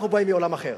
אנחנו באים מעולם אחר.